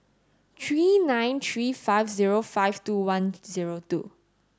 three nine three five zero five two one zero two